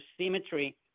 Symmetry